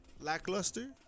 Lackluster